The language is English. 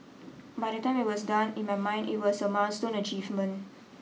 by the time it was done in my mind it was a milestone achievement